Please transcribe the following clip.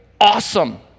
awesome